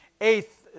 eighth